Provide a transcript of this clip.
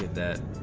that